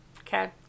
okay